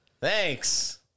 thanks